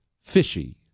fishy